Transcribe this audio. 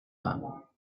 femmes